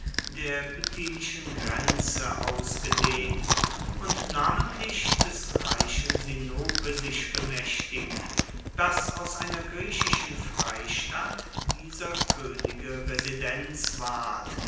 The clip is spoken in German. der bithynischen grenze ausgedehnt und namentlich des reichen sinope sich bemächtigt das aus einer griechischen freistadt dieser könige residenz ward